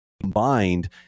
combined